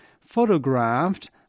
photographed